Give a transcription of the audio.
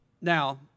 now